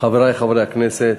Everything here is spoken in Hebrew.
חברי חברי הכנסת,